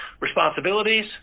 responsibilities